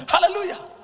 Hallelujah